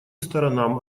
сторонам